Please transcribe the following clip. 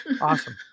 Awesome